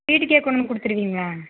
வீட்டுக்கே கொண்டு வந்து கொடுத்துருவிங்களா